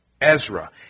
Ezra